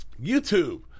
YouTube